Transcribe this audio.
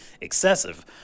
excessive